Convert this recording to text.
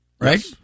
right